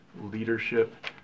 leadership